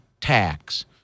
tax